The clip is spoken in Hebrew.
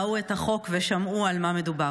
ראו את החוק ושמעו על מה מדובר.